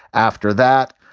after that,